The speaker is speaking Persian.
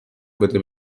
بده